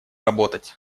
работать